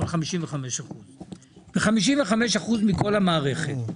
אבל 55%. ו-55% מכל המערכת,